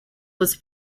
was